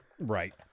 Right